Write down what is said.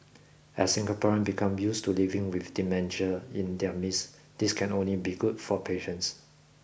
as Singaporeans become used to living with dementia in their midst this can only be good for patients